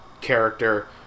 character